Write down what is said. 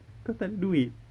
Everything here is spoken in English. kau takde duit